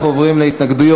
אנחנו עוברים להתנגדויות.